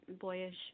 boyish